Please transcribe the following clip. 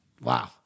wow